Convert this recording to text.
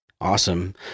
Awesome